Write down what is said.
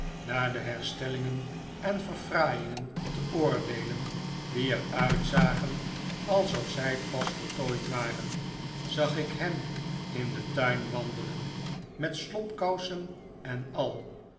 naar de herstellingen en verfraaiingen te oordeelen die er uitzagen alsof zij pas voltooid waren zag ik hem in den tuin wandelen met slobkousen en al